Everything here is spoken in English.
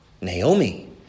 Naomi